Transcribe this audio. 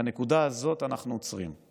בנקודה הזאת אנחנו עוצרים.